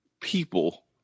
People